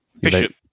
Bishop